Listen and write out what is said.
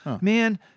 Man